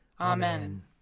Amen